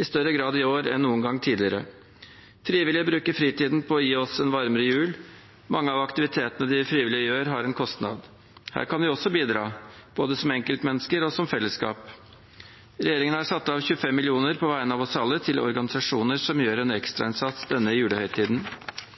i større grad i år enn noen gang tidligere. Frivillige bruker fritiden på å gi oss en varmere jul. Mange av aktivitetene de frivillige gjør, har en kostnad. Her kan vi også bidra, både som enkeltmennesker og som fellesskap. Regjeringen har satt av 25 mill. kr på vegne av oss alle til organisasjoner som gjør en